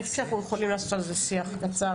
אני חושבת שאנחנו יכולים לעשות על זה שיח קצר.